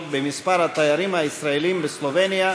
במספר התיירים הישראלים בסלובניה,